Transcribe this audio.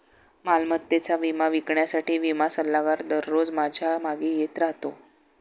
मालमत्तेचा विमा विकण्यासाठी विमा सल्लागार दररोज माझ्या मागे येत राहतो